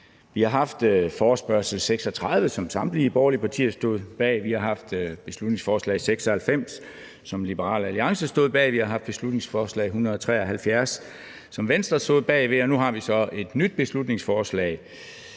Vi har haft forespørgsel nr. F 36, som samtlige borgerlige partier stod bag, vi har haft beslutningsforslag nr. B 96, som Liberal Alliance stod bag, vi har haft beslutningsforslag nr. B 73, som Venstre stod bag, og nu har vi så et nyt beslutningsforslag